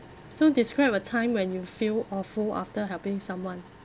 so describe a time when you feel awful after helping someone